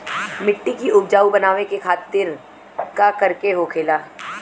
मिट्टी की उपजाऊ बनाने के खातिर का करके होखेला?